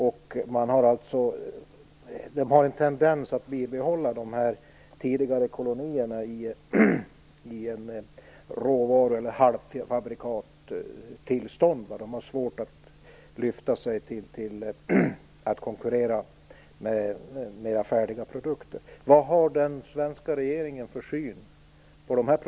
Det finns alltså en tendens till att bibehålla de tidigare kolonierna i ett råvaru eller halvfabrikattillstånd. De här länderna har svårt att lyfta sig för att konkurrera med mera färdiga produkter.